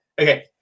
okay